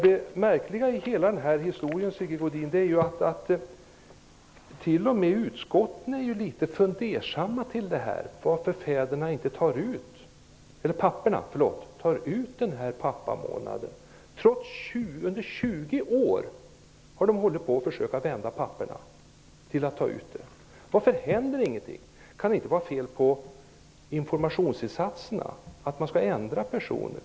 Det märkliga i hela den här historien är ju att t.o.m. utskotten är litet fundersamma till varför papporna inte tar ut pappaledighet, trots att man under 20 år har försökt få dem att göra det. Varför händer ingenting? Kan det inte vara fel på informationsinsatserna.